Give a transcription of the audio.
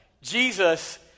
Jesus